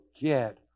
get